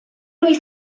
wyf